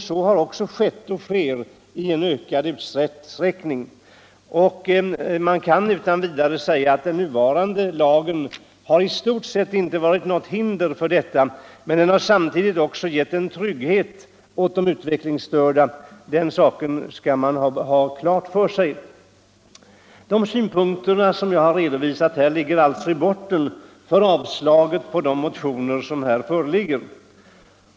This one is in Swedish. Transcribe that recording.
Så har också skett och så sker i ökad utsträckning. Den nuvarande lagen har i stort sett inte varit något hinder för detta, men den har samtidigt gett en trygghet åt de utvecklingsstörda. Den saken skall man ha klar för sig. De synpunkter som jag här redovisat ligger alltså i botten för utskottets yrkande om avslag på motionerna.